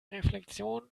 reflexion